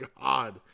God